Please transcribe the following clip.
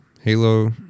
Halo